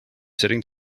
sitting